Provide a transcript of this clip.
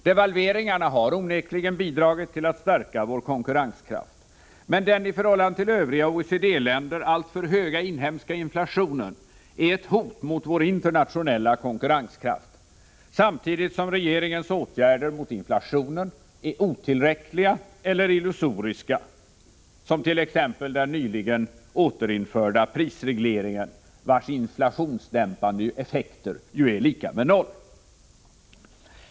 Devalveringarna har bidragit till att stärka vår konkurrenskraft, men den i förhållande till övriga OECD-länder alltför höga inhemska inflationen är ett hot mot vår internationella konkurrenskraft, samtidigt som regeringens åtgärder mot inflationen är otillräckliga eller illusoriska, såsom de nyligen återinförda prisregleringarna, vilkas inflationsdämpande effekter är lika med noll.